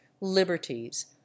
liberties